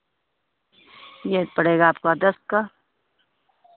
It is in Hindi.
ये पड़ेगा आपका दस का